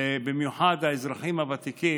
במיוחד האזרחים הוותיקים,